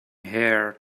heir